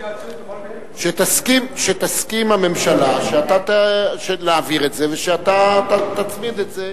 שתסכים הממשלה להעביר את זה ואתה תצמיד את זה.